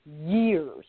years